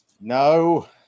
no